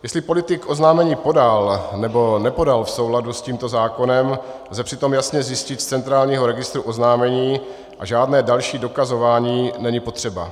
Jestli politik oznámení podal, nebo nepodal v souladu s tímto zákonem, lze přitom jasně zjistit z centrálního registru oznámení a žádné další dokazování není potřeba.